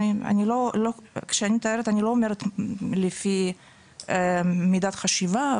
כשאני מתארת, אני לא אומרת לפי מידת חשיבה.